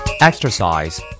Exercise